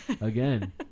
Again